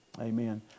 Amen